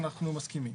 אנחנו מסכימים.